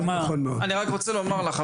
אני רק רוצה לומר לך,